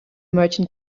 merchant